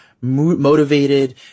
motivated